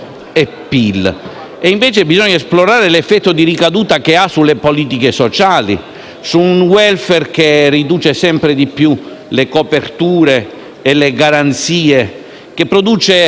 invece, esplorare l'effetto di ricaduta sulle politiche sociali, su un *welfare* che riduce sempre più le coperture e le garanzie, che produce